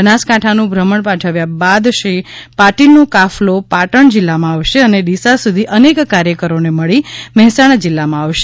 બનાસકાંઠા નું ભ્રમણ પાઠવ્યા બાદ શ્રી પાટિલનો કાફલો પાટણ જિલ્લા માં આવશે અને ડીસા સુધી અનેક કાર્યકરો ને મળી મહેસાણા જિલ્લા માં આવશે